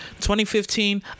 2015